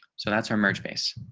so that's our merge base.